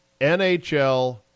NHL